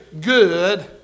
good